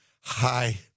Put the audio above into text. Hi